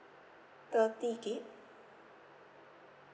thirty gig